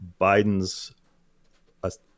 Biden's